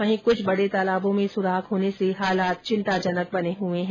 वहीं कुछ बडे तालाबों में सुराख होने से हालात चिंताजनक बने हुए हैं